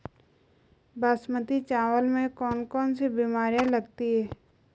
बासमती चावल में कौन कौन सी बीमारियां लगती हैं?